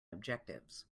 objectives